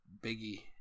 Biggie